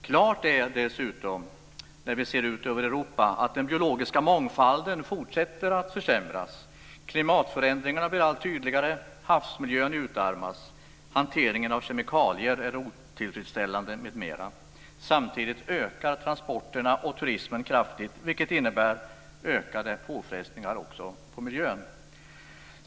Klart är dessutom när vi ser ut över Europa att den biologiska mångfalden fortsätter att försämras, klimatförändringarna blir allt tydligare och havsmiljön utarmas. Hanteringen av kemikalier är otillfredsställande m.m. Samtidigt ökar transporterna och turismen kraftigt, vilket innebär ökade påfrestningar på miljön.